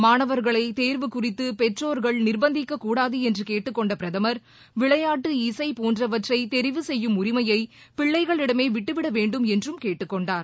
மாணவர்களை தேர்வு குறித்து பெற்றோர்கள் நிர்பந்திக்கக் கூடாது என்று கேட்டுக் கொண்ட பிரதமர் விளையாட்டு இசை போன்றவற்றை தெரிவு செய்யும் உரிமையை பிள்ளைகளிடமே விட்டுவிட வேண்டும் என்றும் கேட்டுக் கொண்டார்